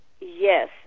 yes